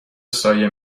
سایه